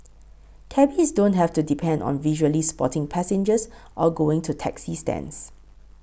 cabbies don't have to depend on visually spotting passengers or going to taxi stands